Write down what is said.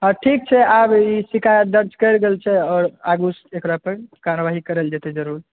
हँ ठीक छै आब ई शिकायत दर्ज कए गेल छै आब आगू एकरा पर कारवाही करल जेतै जरूर